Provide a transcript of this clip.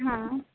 हां